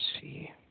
see